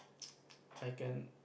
I can